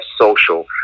social